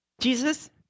Jesus